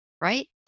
Right